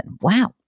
Wow